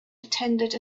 attended